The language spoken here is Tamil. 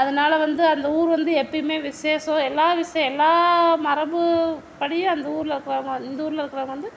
அதனால் வந்து அந்த ஊர் வந்து எப்பவுமே விசேஷம் எல்லா விஷே எல்லா மரபுப்படியும் அந்த ஊரில் இருக்கறவுங்க இந்த ஊரில் இருக்கறவுங்க வந்து